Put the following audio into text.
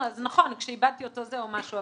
נכון, כשאיבדתי אותו זהו משהו.